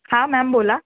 हां मॅम बोला